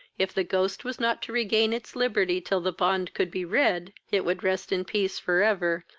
if the ghost was not to regain its liberty till the bond could be read, it would rest in peace for ever,